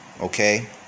okay